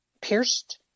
pierced